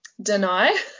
deny